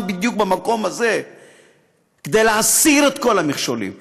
בדיוק בזמן הזה כדי להסיר את כל המכשולים,